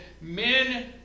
men